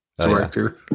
director